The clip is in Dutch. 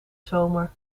zomer